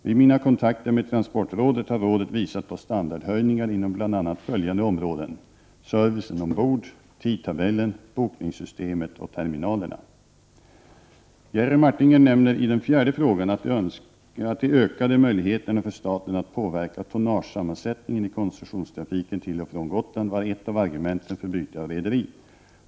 Vid mina kontakter med transportrådet har rådet visat på standardhöjningar inom bl.a. följande områden: servicen ombord, tidtabellen, bokningssystemet och terminalerna. Jerry Martinger nämner i den fjärde frågan att de ökade möjligheterna för staten att påverka tonnagesammansättningen i koncessionstrafiken till och från Gotland var ett av argumenten för byte av rederi.